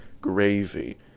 Gravy